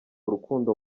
urukundo